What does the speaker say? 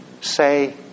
Say